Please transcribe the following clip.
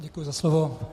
Děkuji za slovo.